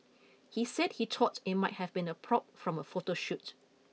he said he thought it might have been a prop from a photo shoot